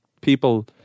people